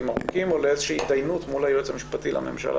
ארוכים או לאיזושהי התדיינות מול היועץ המשפטי לממשלה